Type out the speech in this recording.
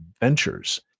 ventures